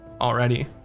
already